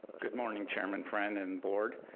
good morning, chairman friend and board.